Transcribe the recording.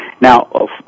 Now